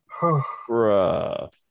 Bruh